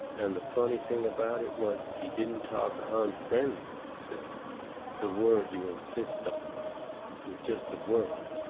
and the funny thing about it was he didn't talk unfriendly when he said it the word you insist on is just a word,